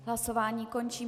Hlasování končím.